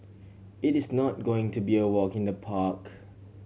it is not going to be a walk in the park